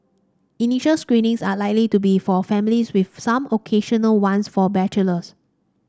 initial screenings are likely to be for families with some occasional ones for bachelors